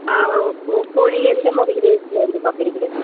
ஆ ஆ ஓப்போவில் நீங்கள் எந்தமாதிரி ரேட்டில் எதிர்பார்க்குறீங்க